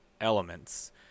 elements